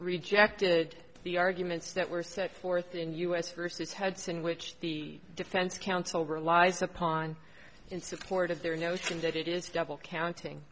rejected the arguments that were set forth in u s versus hudson which the defense counsel relies upon in support of their notion that it is double counting